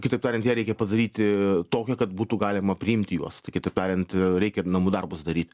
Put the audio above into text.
kitaip tariant ją reikia padaryti tokią kad būtų galima priimti juos tai kitaip tariant a reikia namų darbus daryt